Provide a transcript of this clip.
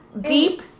deep